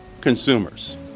consumers